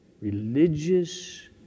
religious